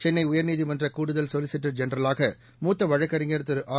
சென்னை உயர்நீதிமன்ற கூடுதல் சொலிசிட்டர் ஜெனரவாக மூத்த வழக்கறிஞர் திரு ஆர்